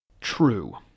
True